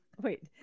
Wait